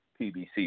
PBC